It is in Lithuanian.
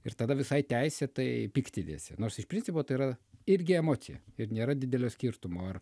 ir tada visai teisėtai piktiniesi nors iš principo tai yra irgi emocija ir nėra didelio skirtumo ar